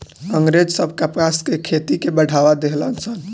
अँग्रेज सब कपास के खेती के बढ़ावा देहलन सन